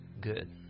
good